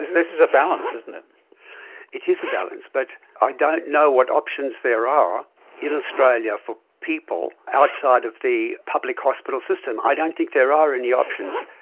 this this is a balance, isn't it. it is a balance, but i don't know what options there are in australia for people outside of the public hospital system. i don't think there are any options.